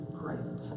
great